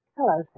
Hello